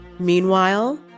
Meanwhile